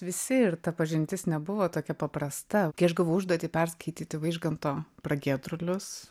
visi ir ta pažintis nebuvo tokia paprasta kai aš gavau užduotį perskaityti vaižganto pragiedrulius